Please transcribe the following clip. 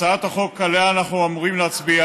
הצעת החוק שעליה אנחנו אמורים להצביע